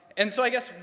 and so i guess,